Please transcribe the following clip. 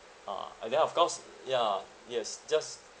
ah and then of course ya yes just